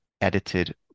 edited